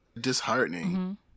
disheartening